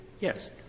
Yes